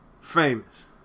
famous